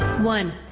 one